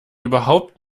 überhaupt